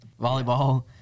Volleyball